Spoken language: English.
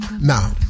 Now